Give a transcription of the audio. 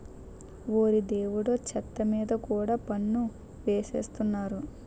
ఓరి దేవుడో చెత్త మీద కూడా పన్ను ఎసేత్తన్నారు